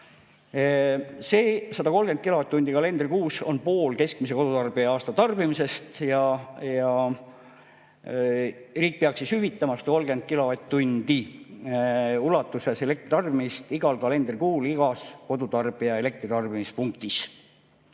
See 130 kilovatt-tundi kalendrikuus on pool keskmise kodutarbija aastatarbimisest ja riik peaks hüvitama 130 kilovatt-tunni ulatuses elektritarbimist igal kalendrikuul igas kodutarbija elektritarbimispunktis.